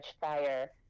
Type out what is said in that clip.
fire